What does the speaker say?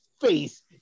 face